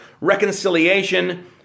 reconciliation